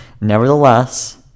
Nevertheless